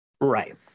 Right